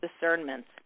discernment